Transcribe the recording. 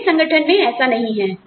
मेरे संगठन में ऐसा नहीं होता है